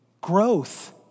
Growth